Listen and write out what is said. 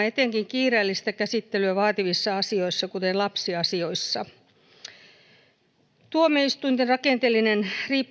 kiireellistä käsittelyä vaativissa asioissa kuten lapsiasioissa tuomioistuinten rakenteellisen riippumattomuuden kannalta ongelmallista on